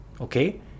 okay